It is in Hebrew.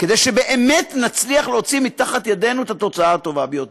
כדי שבאמת נצליח להוציא מתחת ידנו את התוצאה הטובה ביותר.